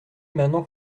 manants